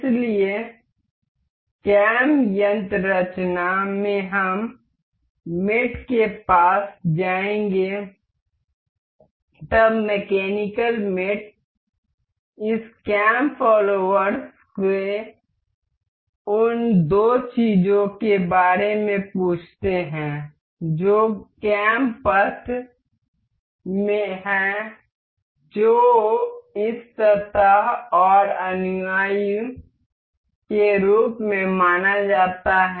इसलिए कैम यंत्ररचना में हम मेट के पास जाएंगे तब मैकेनिकल मेट इस कैम फोल्लोवेर्स से उन दो चीजों के बारे में पूछते हैं जो कैम पथ हैं जो इस सतह और अनुयायी के रूप में माना जाता है